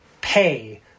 pay